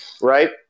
right